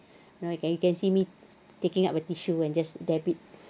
no you can you can see me taking up a tissue and just dab it